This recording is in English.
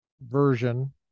version